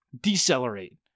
decelerate